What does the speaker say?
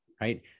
right